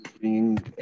bringing